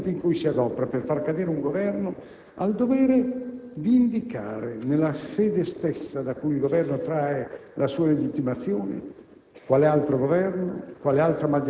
nessuno può sottrarsi, nel momento in cui si adopera per far cadere un Governo, al dovere di indicare, nella sede stessa da cui il Governo trae la sua legittimazione,